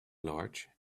large